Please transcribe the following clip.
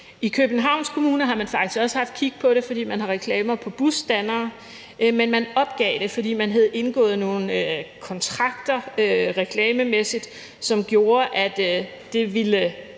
I Københavns Kommune har man faktisk også haft kig på det, fordi man har reklamer på busstandere, men man opgav det, fordi man havde indgået nogle kontrakter reklamemæssigt, som gjorde, at det ville